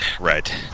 Right